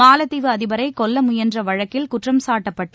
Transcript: மாலத்தீவு அதிபரை கொல்ல முயன்ற வழக்கில் குற்றம் சாட்டப்பட்டு